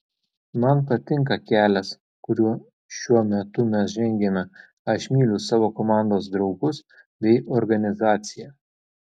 man patinka kelias kuriuo šiuo metu mes žengiame aš myliu savo komandos draugus bei organizaciją